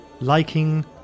liking